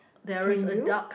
there is a duck